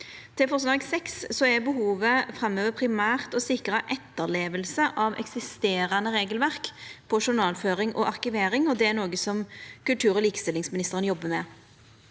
Til forslag nr. 6: Behovet framover er primært å sikra etterleving av eksisterande regelverk på journalføring og arkivering, og det er noko som kultur- og likestillingsministeren jobbar med.